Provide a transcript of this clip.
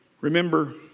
Remember